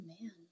man